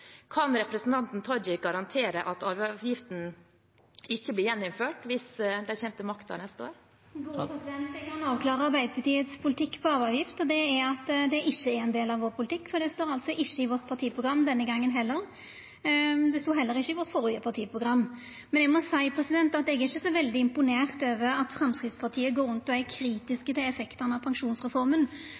Kan representanten Tajik garantere at arveavgiften ikke blir gjeninnført hvis de kommer til makten neste år? Eg kan avklara Arbeidarpartiets politikk når det gjeld arveavgift, og det er at det ikkje er ein del av vår politikk, difor er det ikkje i vårt partiprogram denne gongen heller. Det stod heller ikkje i vårt førre partiprogram. Eg må seia at eg ikkje er så veldig imponert over at Framstegspartiet går rundt og er kritiske til effektane av pensjonsreforma.